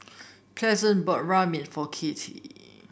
pleasant bought Ramen for Kathie